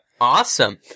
Awesome